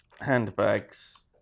handbags